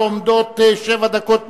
עומדות לו שבע דקות תמימות.